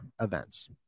events